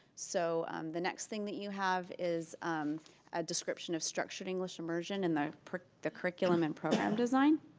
so the next thing that you have is a description of structured english immersion and the the curriculum and program design,